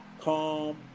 calm